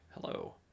hello